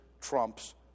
trumps